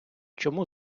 чому